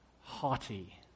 Haughty